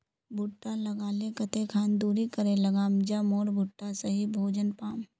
भुट्टा लगा ले कते खान दूरी करे लगाम ज मोर भुट्टा सही भोजन पाम?